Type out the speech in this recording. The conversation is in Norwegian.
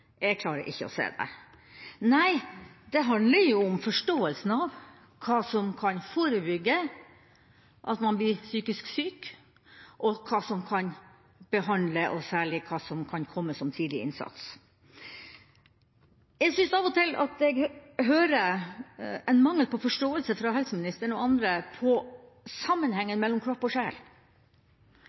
Jeg klarer ikke å se det. Nei, det handler om forståelsen av hva som kan forebygge at man blir psykisk syk, hva som kan behandle, og særlig hva som kan komme som tidlig innsats. Jeg syns av og til jeg hører en mangel på forståelse fra helseministeren og andre om sammenhengen mellom kropp og